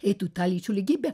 eitų ta lyčių lygybė